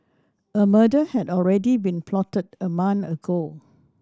a murder had already been plotted a month ago